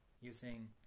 using